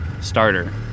starter